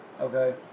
Okay